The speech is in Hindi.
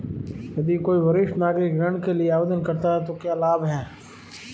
यदि कोई वरिष्ठ नागरिक ऋण के लिए आवेदन करता है तो क्या लाभ हैं?